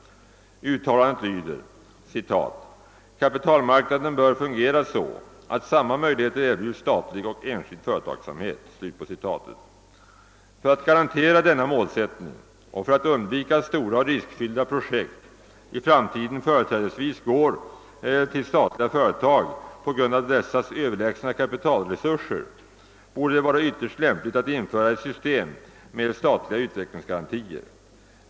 Uttalandet lyder: »Kapitalmarknaden bör fungera så att samma lånemöjligheter erbjuds statlig och enskild företagsamhet.» För att garantera denna målsättning och för att undvika att stora, riskfyllda projekt i framtiden företrädesvis går till statliga företag på grund av dessas överlägsna kapitalresurser borde det vara ytterst lämpligt att införa ett system med statliga utvecklingsgarantier.